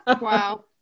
Wow